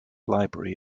library